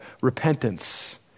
repentance